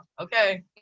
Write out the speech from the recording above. Okay